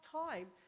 time